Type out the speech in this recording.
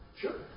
Sure